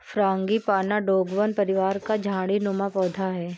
frangipani dogbane परिवार का झाड़ी नुमा पौधा है